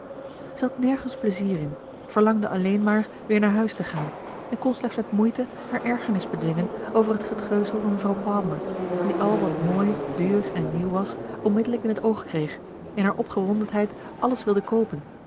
had nergens pleizier in verlangde alleen maar weer naar huis te gaan en kon slechts met moeite haar ergernis bedwingen over het getreuzel van mevrouw palmer die al wat mooi duur en nieuw was onmiddellijk in het oog kreeg in haar opgewondenheid alles wilde koopen